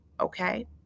okay